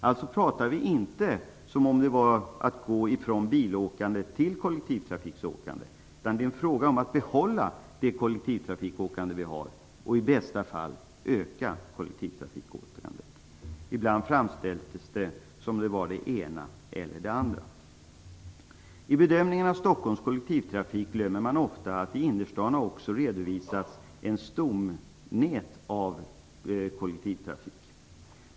Det handlar alltså inte om att gå ifrån bilåkande till kollektivtrafikåkande. Tvärtom är det en fråga om att behålla det kollektivtrafikåkande vi har, och i bästa fall öka det. Ibland framställs det som om det handlade antingen om det ena eller det andra. I bedömningen av Stockholms kollektivtrafik glöms ofta bort att ett stomnät av kollektivtrafik i innerstaden också redovisats.